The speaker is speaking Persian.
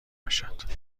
باشد